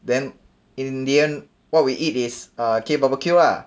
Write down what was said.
then in the end what we eat is a K barbecue lah